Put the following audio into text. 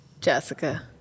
Jessica